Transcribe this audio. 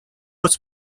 was